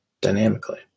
dynamically